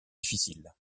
difficile